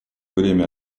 время